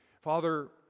Father